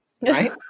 right